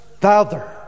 Father